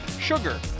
sugar